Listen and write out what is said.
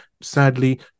sadly